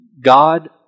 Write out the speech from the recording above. God